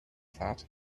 that